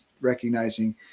recognizing